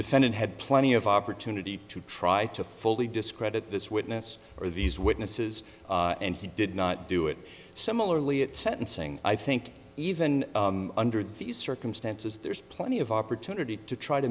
defendant had plenty of opportunity to try to fully discredit this witness are these witnesses and he did not do it similarly at sentencing i think even under these circumstances there's plenty of opportunity to try to